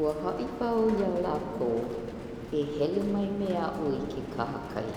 Ua haʻi wau ia lākou, "e hele mai me aʻu i ke kahakai.